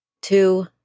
Two